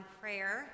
prayer